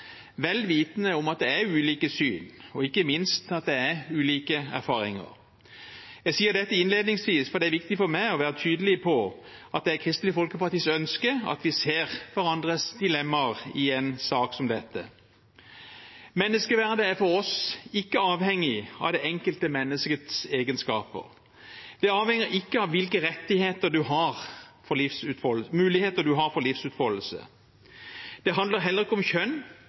vel vitende om at det er ulike syn, og ikke minst ulike erfaringer. Jeg sier dette innledningsvis fordi det er viktig for meg å være tydelig på at det er Kristelig Folkepartis ønske at vi ser hverandres dilemmaer i en sak som dette. Menneskeverdet er for oss ikke avhengig av det enkelte menneskets egenskaper. Det avhenger ikke av hvilke muligheter man har for livsutfoldelse. Det handler heller ikke om kjønn,